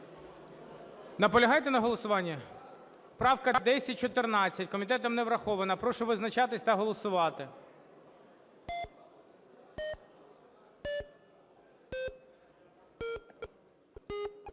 Наполягаєте на голосуванні? Правка 1014 комітетом не врахована. Прошу визначатися та голосувати.